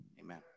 Amen